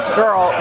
girl